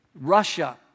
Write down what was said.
Russia